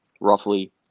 roughly